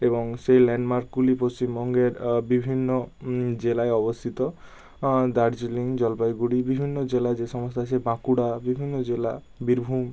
এবং সেই ল্যান্ডমার্কগুলি পশ্চিমবঙ্গের বিভিন্ন জেলায় অবস্থিত দার্জিলিং জলপাইগুড়ি বিভিন্ন জেলায় যে সমস্ত আছে বাঁকুড়া বিভিন্ন জেলা বীরভূম